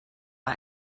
man